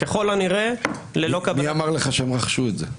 ככל הנראה --- מי אמר לך שהם רכשו את זה?